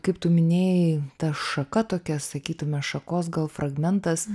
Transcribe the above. kaip tu minėjai ta šaka tokia sakytume šakos gal fragmentas